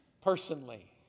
personally